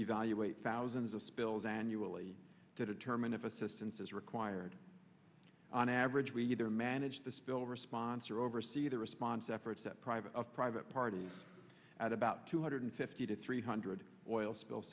evaluate thousands of spills annually to determine if assistance is required on average we either manage the spill response or oversee the response efforts that private of private parties at about two hundred fifty to three hundred boil spill